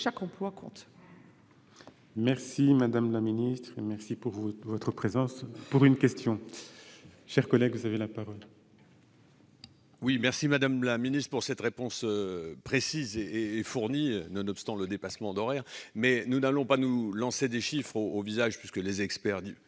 Chaque emploi compte